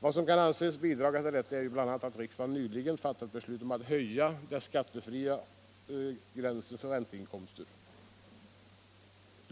Vad som kan anses bidra till detta är bl.a. att riksdagen nyligen har fattat beslut om att höja gränsen för skattefria ränteinkomster.